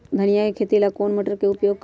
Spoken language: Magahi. धनिया के खेती ला कौन मोटर उपयोग करी?